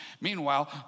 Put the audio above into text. meanwhile